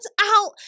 out